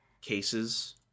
cases